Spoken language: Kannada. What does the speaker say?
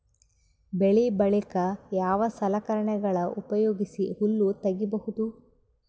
ಬೆಳಿ ಬಳಿಕ ಯಾವ ಸಲಕರಣೆಗಳ ಉಪಯೋಗಿಸಿ ಹುಲ್ಲ ತಗಿಬಹುದು?